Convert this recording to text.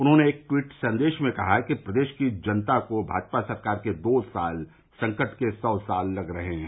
उन्होंने एक ट्वीट सन्देश में कहा कि प्रदेश की जनता को भाजपा सरकार के दो साल संकट के सौ साल लग रहे हैं